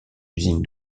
usine